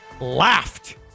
laughed